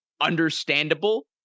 understandable